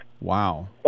Wow